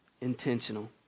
Intentional